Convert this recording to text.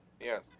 Yes